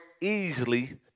easily